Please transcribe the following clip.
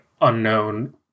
unknown